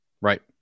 right